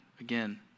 again